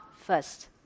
first